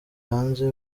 hanze